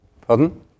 Pardon